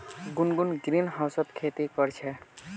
गुनगुन ग्रीनहाउसत खेती कर छ